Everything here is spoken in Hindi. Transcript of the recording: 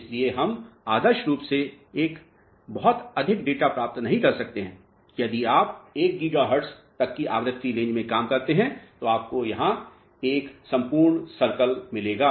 इसलिए हम आदर्श रूप से बहुत अधिक डेटा प्राप्त नहीं कर सकते हैं यदि आप 1 गीगाहर्ट्ज़ तक की आवृत्ति रेंज में काम करते हैं तो आपको यहां एक संपूर्ण सर्कल मिलेगा